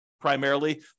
primarily